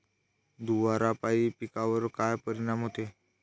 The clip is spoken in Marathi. धुवारापाई पिकावर का परीनाम होते?